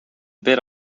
bit